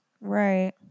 right